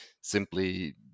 simply